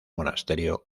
monasterio